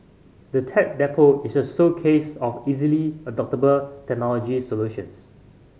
the Tech Depot is a showcase of easily adoptable technology solutions